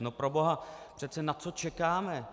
No proboha, přece na co čekáme?